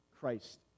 christ